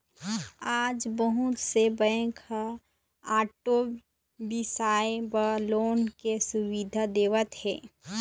आज बहुत से बेंक ह आटो बिसाए बर लोन के सुबिधा देवत हे